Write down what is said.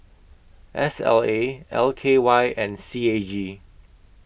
S L A L K Y and C A G